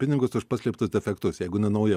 pinigus už paslėptus defektus jeigu jinai nauja